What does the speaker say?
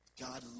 God